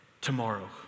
tomorrow